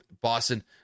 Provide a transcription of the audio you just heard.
Boston